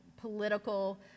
political